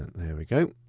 there we go.